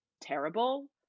terrible